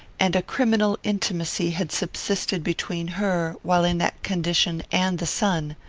and a criminal intimacy had subsisted between her, while in that condition, and the son.